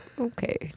Okay